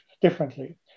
differently